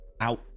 out